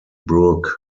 brook